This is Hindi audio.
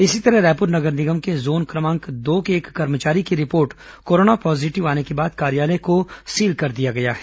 इसी तरह रायपुर नगर निगम के जोन क्रमांक दो के एक कर्मचारी की रिपोर्ट कोरोना पॉजीटिव आने के बाद कार्यालय को सील कर दिया गया है